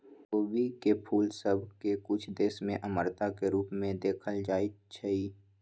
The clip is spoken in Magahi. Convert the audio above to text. खोबी के फूल सभ के कुछ देश में अमरता के रूप में देखल जाइ छइ